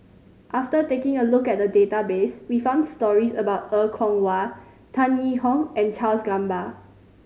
after taking a look at the database we found stories about Er Kwong Wah Tan Yee Hong and Charles Gamba